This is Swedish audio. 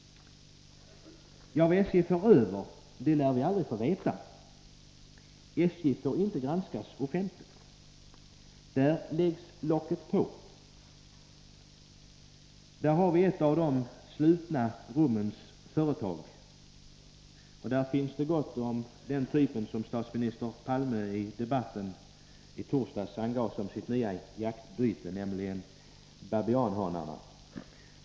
Vad SJ får över lär vi aldrig få veta. SJ får inte granskas offentligt. Där läggs locket på. Där har vi ett av de slutna rummens företag, och där finns det gott om sådana som statsminister Palme i debatten i torsdags angav som sitt nya jaktbyte, nämligen babianhannarna.